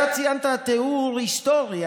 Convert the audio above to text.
אתה ציינת תיאור היסטורי.